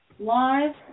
live